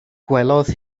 gwelodd